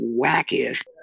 wackiest